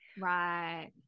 Right